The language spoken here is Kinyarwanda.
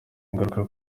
ingaruka